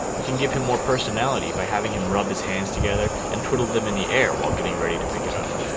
we can give him more personality by having him rub his hands together and twiddle them in the air while getting ready to pick it up.